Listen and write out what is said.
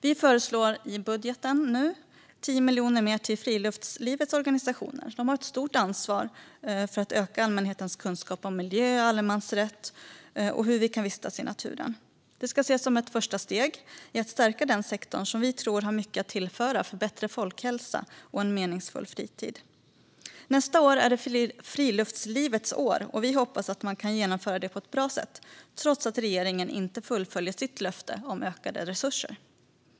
Vi föreslår i budgeten 10 miljoner mer till friluftslivets organisationer. De har ett stort ansvar för att öka allmänhetens kunskap om miljön, allemansrätten och hur vi kan vistas i naturen. Det ska ses som ett första steg i att stärka den sektorn, som vi tror har mycket att tillföra för bättre folkhälsa och en meningsfull fritid. Nästa år är det friluftslivets år. Vi hoppas att man kan genomföra det på ett bra sätt, trots att regeringen inte fullföljer sitt löfte om ökade resurser.